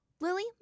Lily